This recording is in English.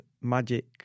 magic